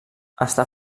està